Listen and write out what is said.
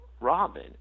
Robin